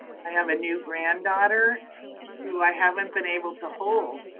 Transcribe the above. i have a new granddaughter who i haven't been able to hold,